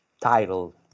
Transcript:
title